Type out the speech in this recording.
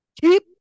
keep